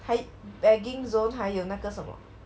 还 bagging zone 还有那个什么